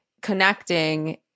connecting